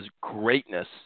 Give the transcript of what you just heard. greatness